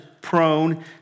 prone